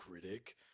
Critic